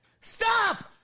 Stop